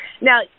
Now